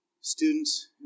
Students